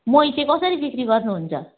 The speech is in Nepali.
मही चाहिँ कसरी बिक्री गर्नु हुन्छ